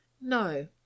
no